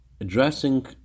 addressing